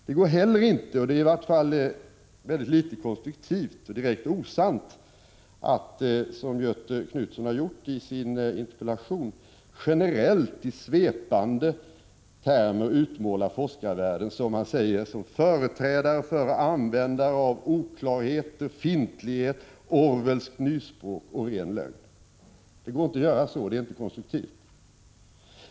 Det går heller inte — det är i vart fall föga konstruktivt och direkt osant — att som Göthe Knutson har gjort i sin interpellation generellt i svepande termer utmåla forskarvärlden som företrädare för och användare av ”oklarheter, fintlighet, Orwells nyspråk och t.o.m. ren lögn”. Det går som sagt inte att göra så, det är inte konstruktivt.